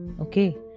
Okay